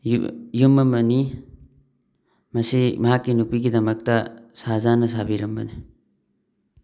ꯌꯨꯝ ꯑꯃꯅꯤ ꯃꯁꯤ ꯃꯍꯥꯛꯀꯤ ꯅꯨꯄꯤꯒꯤꯗꯃꯛꯇ ꯁꯍꯥꯖꯍꯥꯟꯅ ꯁꯥꯕꯤꯔꯝꯕꯅꯤ